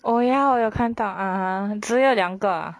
oh ya 我有看到 (uh huh) 只有两个 ah